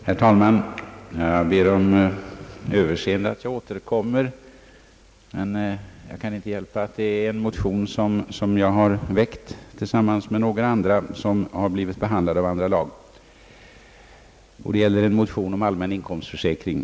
Herr talman! Jag ber om överseende med att jag återkommer, men jag kan inte hjälpa att en motion som jag väckt tillsammans med några andra ledamöter och som behandlats av andra lagutskottet kommit upp i kammaren vid detta tillfälle. Motionen gäller allmän inkomstförsäkring.